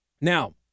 now